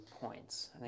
points